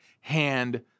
hand